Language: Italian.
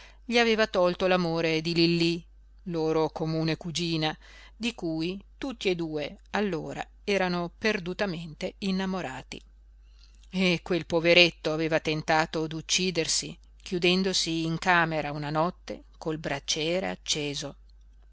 gli aveva tolto l'amore di lillí loro comune cugina di cui tutti e due allora erano perdutamente innamorati e quel poveretto aveva tentato di uccidersi chiudendosi in camera una notte col braciere acceso